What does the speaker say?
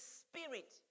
spirit